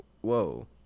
Whoa